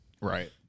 Right